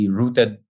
rooted